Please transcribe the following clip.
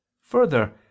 Further